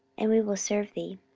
and we will serve thee.